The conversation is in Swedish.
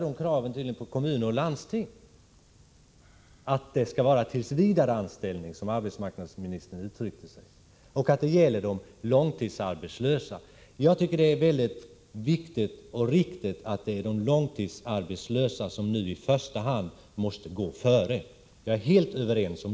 Däremot kan man tydligen ställa krav på kommuner och landsting att de skall ge tillsvidareanställning, som arbetsmarknadsministern uttryckte sig, och att stödet skall avse långtidsarbetslösa. Jag tycker det är viktigt och riktigt att det i första hand är de långtidsarbetslösa som skall få del av det här stödet. På den punkten är vi överens.